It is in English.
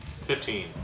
Fifteen